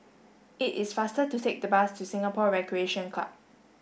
it is faster to take the bus to Singapore Recreation Club